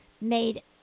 made